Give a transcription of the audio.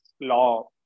law